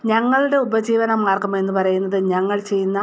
ഞങ്ങളുടെ ഉപജീവന മാർഗ്ഗം എന്നു പറയുന്നത് ഞങ്ങൾ ചെയ്യുന്ന